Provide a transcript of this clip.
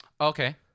Okay